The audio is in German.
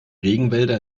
regenwälder